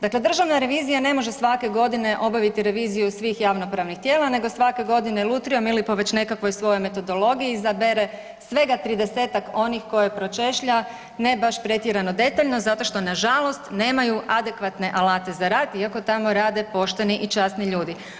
Dakle, državna revizija ne može svake godine obaviti reviziju svih javnopravnih tijela nego svake godine lutrijom ili po već nekakvoj svojoj metodologiji, izabere svega 30-tak onih koje pročešlja ne baš pretjerano detaljno zato što nažalost nemaju adekvatne alate za rad iako tamo rade pošteni i časni ljudi.